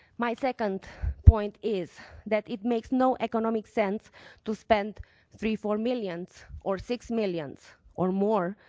my second point is that it makes no economic sense to spend three, four million or six million or more